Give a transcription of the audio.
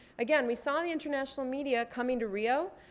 again we saw the internatonal media coming to rio,